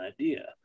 idea